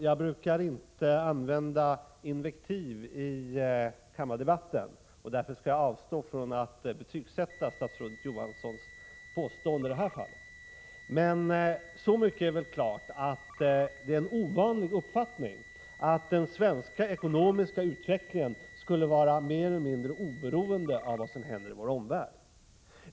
Jag brukar inte använda invektiv i kammardebatten, och därför skall jag avstå från att betygsätta statsrådet Johanssons påstående i det här fallet. Men så mycket är väl klart, att det är en ovanlig uppfattning att den svenska ekonomiska utvecklingen skulle vara mer eller mindre oberoende av vad som händer i vår omvärld.